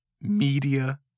media